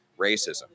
racism